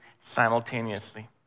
simultaneously